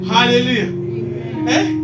Hallelujah